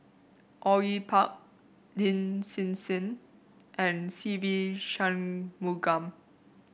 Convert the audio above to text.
Au Yue Pak Lin Hsin Hsin and Se Ve Shanmugam